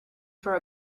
for